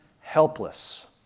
helpless